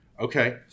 Okay